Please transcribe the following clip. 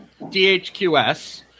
DHQS